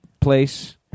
Place